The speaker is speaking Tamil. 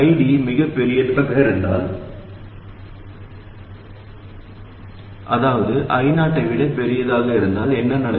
ID மிகப் பெரியதாக இருந்தால் அதாவது I0 ஐ விட பெரியதாக இருந்தால் என்ன நடக்கும்